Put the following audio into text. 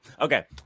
okay